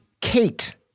Kate